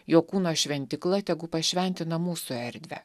jo kūno šventykla tegu pašventina mūsų erdvę